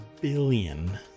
billion